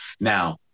Now